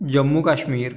Jammu Kashmir